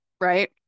right